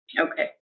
okay